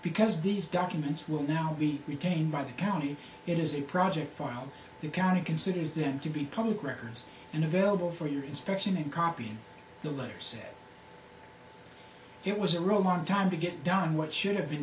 because these documents will now be retained by the county it is a project file your county considers them to be public records and available for your inspection and copying the letter said it was a wrong time to get done what should have been